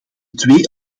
twee